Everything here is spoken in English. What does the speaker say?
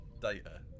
data